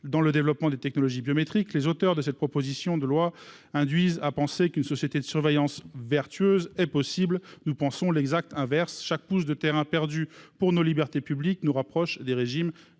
dans le développement de technologies biométriques, les auteurs de cette proposition de loi laissent à penser qu'une société de surveillance vertueuse est possible. Nous pensons exactement l'inverse : chaque pouce de terrain perdu pour nos libertés publiques nous rapproche des régimes